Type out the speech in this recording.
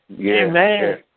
Amen